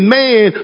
man